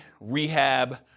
rehab